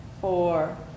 four